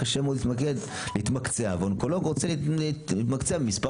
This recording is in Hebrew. קשה מאוד להתמקצע ואונקולוג רוצה להתמקצע במספר